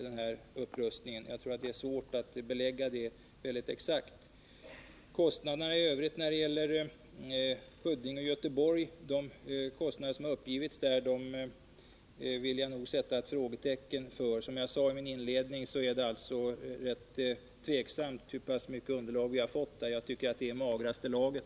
De investeringskostnader som har angivits för en ökning av utbildningen i Huddinge och Göteborg vill jag nog sätta ett frågetecken för. Som jag sade i mitt inledningsanförande är det tveksamt hur mycket underlag vi har fått för vår bedömning, men jag tycker att det är i magraste laget.